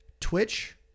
Twitch